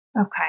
Okay